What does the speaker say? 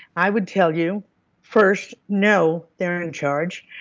i would tell you first no, they're in charge.